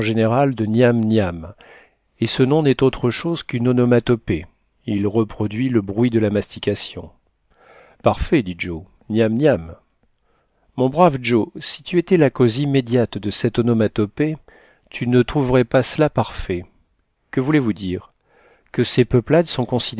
de nyam nyam et ce nom n'est autre chose qu'une onomatopée il reproduit le bruit de la mastication parfait dit joe nyam nyam mon brave joe si tu étais la cause immédiate de cette onomatopée tu ne trouverais pas cela parfait que voulez-vous dire que ces peuplades sont